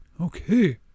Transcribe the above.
Okay